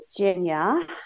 virginia